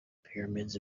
pyramids